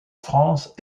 france